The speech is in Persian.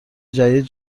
جدید